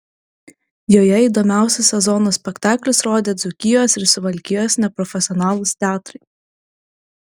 joje įdomiausius sezono spektaklius rodė dzūkijos ir suvalkijos neprofesionalūs teatrai